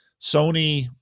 Sony